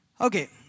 Okay